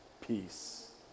peace